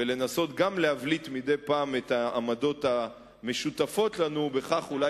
ולנסות גם להבליט מדי פעם את העמדות המשותפות לנו ובכך אולי